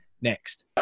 next